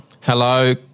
Hello